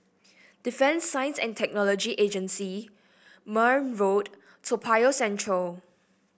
Defence Science and Technology Agency Marne Road Toa Payoh Central